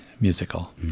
musical